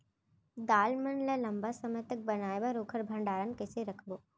दाल मन ल लम्बा समय तक बनाये बर ओखर भण्डारण कइसे रखबो?